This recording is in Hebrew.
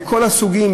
מכל הסוגים,